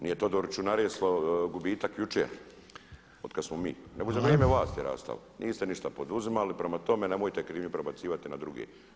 Nije Todoriću naraslo gubitak jučer od kad smo mi nego za vrijeme vas je rastao [[Upadica Reiner: Hvala.]] Niste ništa poduzimali, prema tome nemojte krivnju prebacivati na druge.